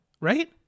Right